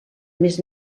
més